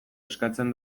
eskatzen